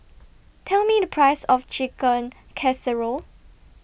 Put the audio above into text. Tell Me The Price of Chicken Casserole